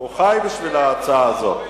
הוא חי בשביל ההצעה הזאת.